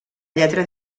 lletra